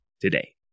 today